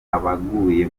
abaguye